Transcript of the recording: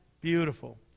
Beautiful